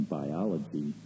biology